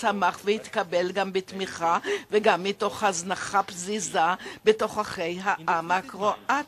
צמח והתקבל גם בתמיכה וגם מתוך הזנחה פזיזה בתוככי העם הקרואטי,